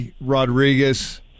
Rodriguez